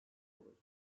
olacak